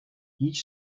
each